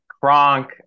Kronk